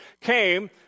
came